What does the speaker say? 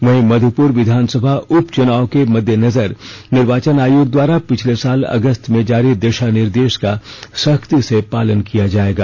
वहीं मध्यपुर विधानसभा उपचुनाव के मद्देनजर निर्वाचन आयोग द्वारा पिछले साल अगस्त में जारी दिशा निर्देश का सख्ती से पालन किया जाएगा